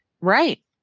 right